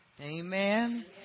amen